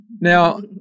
Now